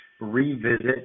revisit